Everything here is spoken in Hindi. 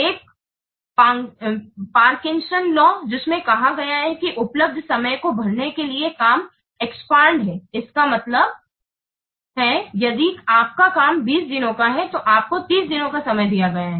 एक पार्किंसन कानून है Parkinson law जिसमें कहा गया है कि उपलब्ध समय को भरने के लिए काम फैलता है इसका मतलब है यदि आपका काम 20 दिनों का है तो आपको 30 दिनों का समय दिया गया है